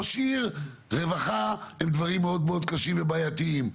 ראש עיר רווחה הם דברים מאוד קשים ובעייתיים,